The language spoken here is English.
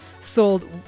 sold